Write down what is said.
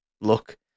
look